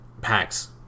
packs